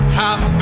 half